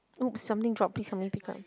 !oops! something dropped please help me pick up